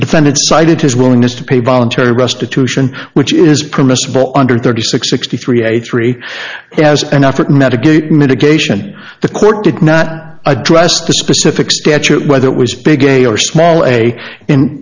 the defendant cited his willingness to pay voluntary restitution which is permissible under thirty six sixty three eighty three has an effort met a gate mitigation the court did not address the specific statute whether it was big a or small a in